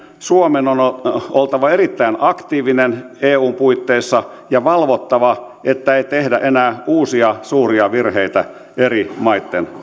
suomen oltava erittäin aktiivinen eun puitteissa ja valvottava että ei tehdä enää uusia suuria virheitä eri maitten